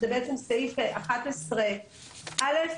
סעיף 11(א),